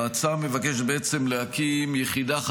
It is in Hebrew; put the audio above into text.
ההצעה מבקשת להקים יחידה חדשה,